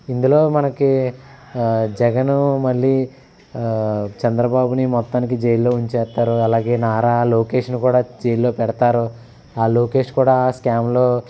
ఇందులో మనకి జగనూ మళ్ళీ చంద్రబాబుని మొత్తానికి జైల్లో ఉంచేత్తారు అలాగే నారా లోకేష్ని కూడా జైల్లో పెడతారు ఆ లోకేష్ కూడా స్క్యామ్లో